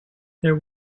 there